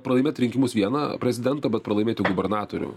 pralaimėt rinkimus viena prezidento bet pralaimėti gubernatorių